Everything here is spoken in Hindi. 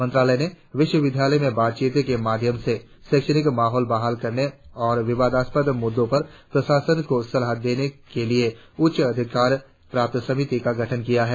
मंत्रालय ने विश्वविद्यालय में बातचीत के माध्यम से शैक्षणिक माहौल बहाल करने और विवादास्पद मुद्दों पर प्रशासन को सलाह देने के लिए उच्च अधिकार प्राप्त समिति का गठन किया है